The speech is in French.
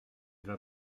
vas